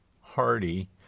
Hardy